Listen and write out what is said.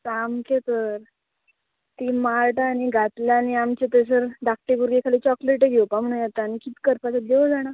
सामकें तर तीं मार्टां आनी घातलां आनी आमचे थंयसर धाकटे भुरगे खाली चॉकलेटी घेवपा म्हण येता आनी कित करपाचें देव जाणा